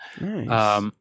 Nice